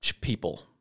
people